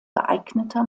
geeigneter